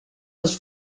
was